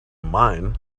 mine